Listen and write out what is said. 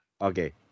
Okay